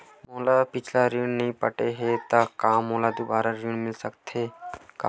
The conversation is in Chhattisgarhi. मोर पिछला ऋण नइ पटे हे त का मोला दुबारा ऋण मिल सकथे का?